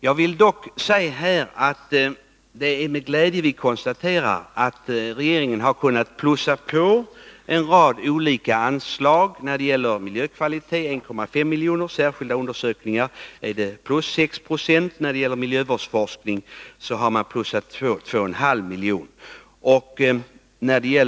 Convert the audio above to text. Jag vill dock säga att det är med glädje vi konstaterar att regeringen har kunnat plussa på en rad anslag: när det gäller miljökvalitet med 1,5 milj.kr., särskilda undersökningar med 6 90, miljövårdsforskning med 2,5 milj.kr. etc.